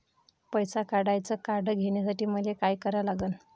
पैसा काढ्याचं कार्ड घेण्यासाठी मले काय करा लागन?